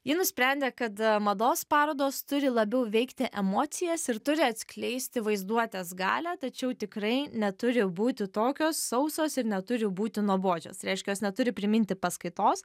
ji nusprendė kad mados parodos turi labiau veikti emocijas ir turi atskleisti vaizduotės galią tačiau tikrai neturi būti tokios sausos ir neturi būti nuobodžios reiškia jos neturi priminti paskaitos